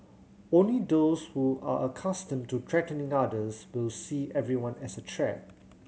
only those who are accustomed to threatening others will see everyone as a threat